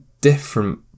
different